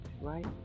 right